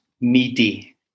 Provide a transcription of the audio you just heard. meaty